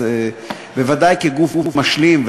בוודאי כגוף משלים,